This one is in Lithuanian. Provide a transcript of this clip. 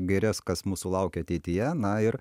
gaires kas mūsų laukia ateityje na ir